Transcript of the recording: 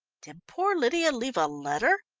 did poor lydia leave a letter?